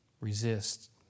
Resist